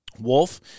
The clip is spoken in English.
Wolf